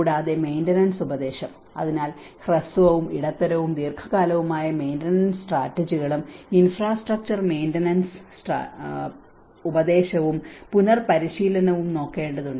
കൂടാതെ മെയിന്റനൻസ് ഉപദേശം അതിനാൽ ഹ്രസ്വവും ഇടത്തരവും ദീർഘകാലവുമായ മെയിന്റനൻസ് സ്ട്രാറ്റജികളും ഇൻഫ്രാസ്ട്രക്ചർ മെയിന്റനൻസ് ഉപദേശവും പുനർപരിശീലനവും നോക്കേണ്ടതുണ്ട്